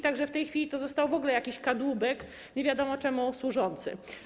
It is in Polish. Tak że w tej chwili to został w ogóle jakiś kadłubek, nie wiadomo czemu służący.